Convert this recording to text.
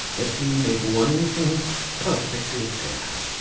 let me make one thing perfectly clear,